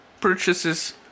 purchases